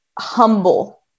humble